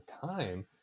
time